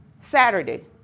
Saturday